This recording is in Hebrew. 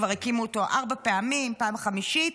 כבר הקימו אותו ארבע פעמים, פעם חמישית,